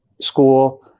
school